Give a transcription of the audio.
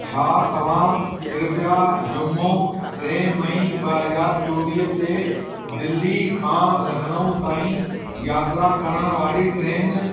छा तव्हां कृपया जुमो टे मई ॿ हज़ार चोवीह ते दिल्ली खां लखनऊ ताईं यात्रा करण वारी ट्रेन